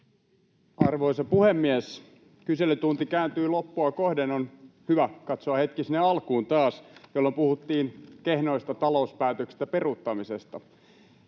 Arvoisa puhemies! Kyselytunti kääntyy loppua kohden, ja on hyvä katsoa hetki sinne alkuun taas, jolloin puhuttiin kehnoista talouspäätöksistä peruuttamisesta.